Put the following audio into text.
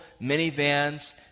minivans